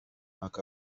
act